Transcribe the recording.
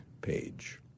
page